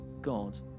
God